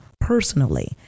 personally